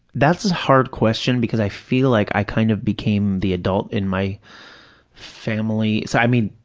that's a hard question, because i feel like i kind of became the adult in my family, so, i mean,